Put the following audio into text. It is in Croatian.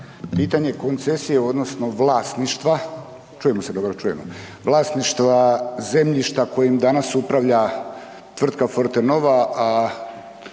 pitanje koncesije odnosno vlasništva… Čujemo se dobro? Čujemo. Vlasništva zemljišta kojim danas upravlja tvrtka Forte Nova,